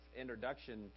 introduction